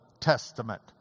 Testament